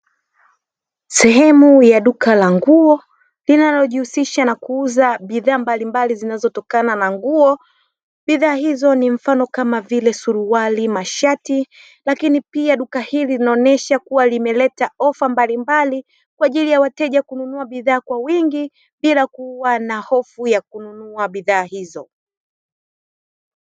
Sehemu ya duka la nguo linalojihusisha na kuuza bidhaa mbalimbali zinazotokana na nguo; bidhaa hizo ni mfano kama vile suruali mashati lakini pia duka hili linaonesha kuwa limeleta ofa mbalimbali, kwa ajili ya wateja kununua kwa wingi bila kuwa na hofu ya kununua bidhaa hizo.